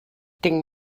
tinc